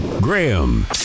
graham